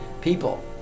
people